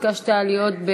ביקשת להיות,